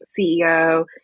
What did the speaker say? CEO